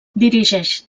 dirigeix